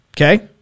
Okay